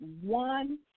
one